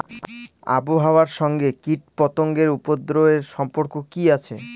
আবহাওয়ার সঙ্গে কীটপতঙ্গের উপদ্রব এর সম্পর্ক কি আছে?